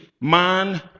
man